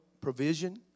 provision